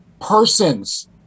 persons